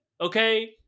okay